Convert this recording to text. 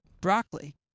Broccoli